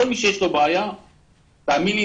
תאמין לי,